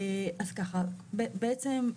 בעצם,